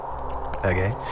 Okay